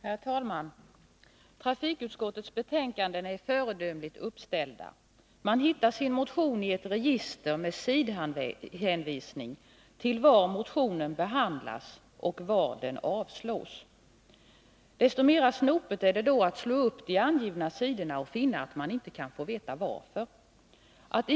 Herr talman! Trafikutskottets betänkanden är föredömligt uppställda. Man hittar sin motion i ett register med sidhänvisning till var motionen behandlas och var den avstyrks. Desto mera snopet är det då att slå upp de angivna sidorna och finna att man inte kan få veta varför den har avstyrkts.